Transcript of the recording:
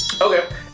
Okay